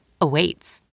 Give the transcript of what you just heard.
awaits